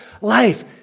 life